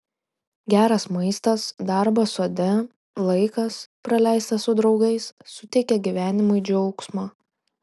geras maistas darbas sode laikas praleistas su draugais suteikia gyvenimui džiaugsmo